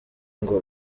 ngo